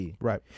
right